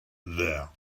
there